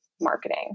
marketing